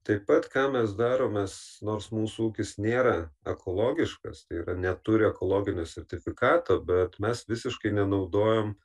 taip pat ką mes darom mes nors mūsų ūkis nėra ekologiškas tai yra neturi ekologinio sertifikato bet mes visiškai nenaudojam